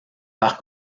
par